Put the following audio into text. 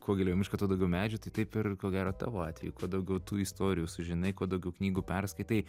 kuo giliau į mišką tuo daugiau medžių tai taip ir ko gero tavo atveju kuo daugiau tų istorijų sužinai kuo daugiau knygų perskaitai